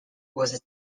was